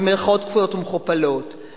במירכאות כפולות ומכופלות,